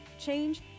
change